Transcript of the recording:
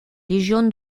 légion